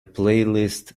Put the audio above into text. playlist